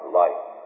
life